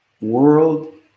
world